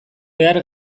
behar